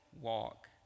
walk